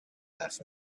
half